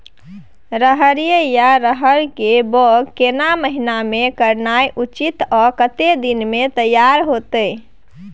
रहरि या रहर के बौग केना महीना में करनाई उचित आ कतेक दिन में तैयार होतय?